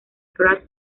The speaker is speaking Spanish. crash